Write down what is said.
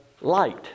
light